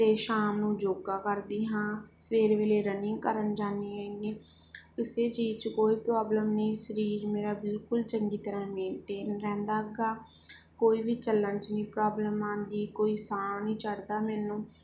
ਅਤੇ ਸ਼ਾਮ ਨੂੰ ਯੋਗਾ ਕਰਦੀ ਹਾਂ ਸਵੇਰ ਵੇਲੇ ਰਨਿੰਗ ਕਰਨ ਜਾਂਦੀ ਹੈਗੀ ਕਿਸੇ ਚੀਜ਼ 'ਚ ਕੋਈ ਪ੍ਰੋਬਲਮ ਨਹੀਂ ਸਰੀਰ ਮੇਰਾ ਬਿਲਕੁਲ ਚੰਗੀ ਤਰ੍ਹਾਂ ਮੇਨਟੇਨ ਰਹਿੰਦਾ ਗਾ ਕੋਈ ਵੀ ਚੱਲਣ 'ਚ ਨਹੀਂ ਪ੍ਰੋਬਲਮ ਆਉਂਦੀ ਕੋਈ ਸਾਹ ਨਹੀਂ ਚੜ੍ਹਦਾ ਮੈਨੂੰ